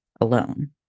alone